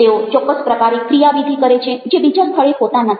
તેઓ ચોક્કસ પ્રકારે ક્રિયા વિધિ કરે છે જે બીજા સ્થળે હોતા નથી